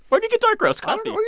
where do you get dark roast coffee?